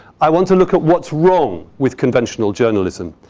i want to look at what's wrong with conventional journalism.